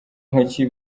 ntoki